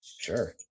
sure